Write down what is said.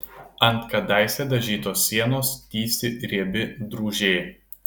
ant kadaise dažytos sienos tįsi riebi drūžė